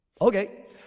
okay